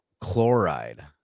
chloride